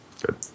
good